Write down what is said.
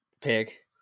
pick